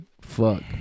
Fuck